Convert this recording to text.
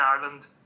Ireland